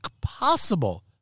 possible